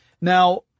Now